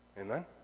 Amen